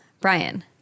Brian